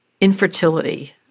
infertility